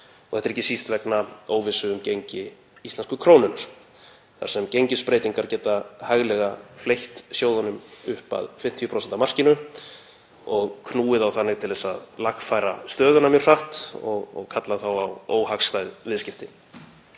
Þetta er ekki síst vegna óvissu um gengi íslensku krónunnar þar sem gengisbreytingar geta hæglega fleytt sjóðunum upp að 50% markinu og knúið þá þannig til að lagfæra stöðuna mjög hratt sem kallar þá á óhagstæð viðskipti.